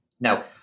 Now